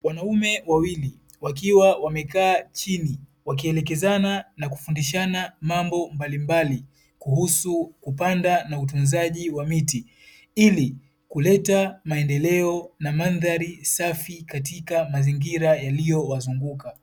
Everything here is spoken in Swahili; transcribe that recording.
Wanaume wawili wakiwa wamekaa chini wakielekezana na kufundishana mambo mbalimbali kuhusu kupanda na utunzaji wa miti, ili kuleta maendeleo na mandhari safi katika mazingira yaliyowazunguka.